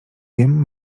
wiem